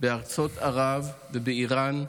בארצות ערב ובאיראן,